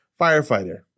firefighter